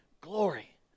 glory